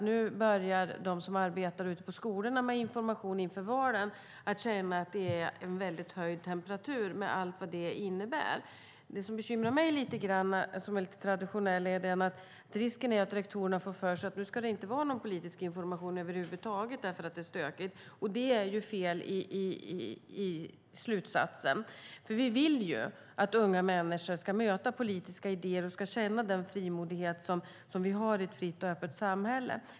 Nu börjar de som arbetar ute på skolorna med information inför valen att känna att det är en väldigt höjd temperatur med allt vad det innebär. Det som bekymrar mig lite grann som är lite traditionell är att risken är att rektorerna får för sig att det inte ska vara någon politisk information över huvud taget eftersom det är stökigt. Det är fel slutsats. Vi vill att unga människor ska möta politiska idéer och känna den frimodighet som vi har i ett fritt och öppet samhälle.